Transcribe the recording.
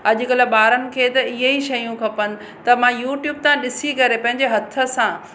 अॼुकल्ह ॿारनि खे त इहे ई शयूं खपनि त मां यूट्यूब सां ॾिसी करे पंहिंजे हथ सां